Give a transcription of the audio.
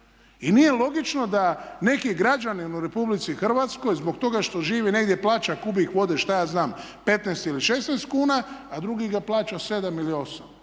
I nije logično da neki građanin u Republici Hrvatskoj zbog toga što živi negdje, plaća kubik vode šta ja znam 15 ili 16 kuna, a drugi ga plaća 7 ili 8.